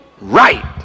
right